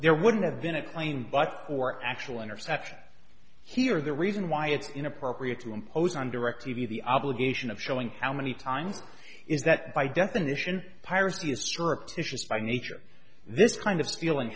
there wouldn't have been a claim but for actual interception here the reason why it's inappropriate to impose on direct t v the obligation of showing how many times is that by definition piracy is stripped by nature this kind of stealing